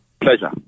Pleasure